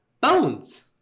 Bones